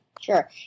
Sure